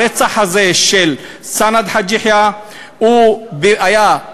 הרצח של סנד חאג' יחיא היה אפשרי,